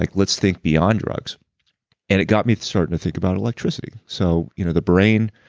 like let's think beyond drugs and it got me starting to think about electricity. so you know the brain,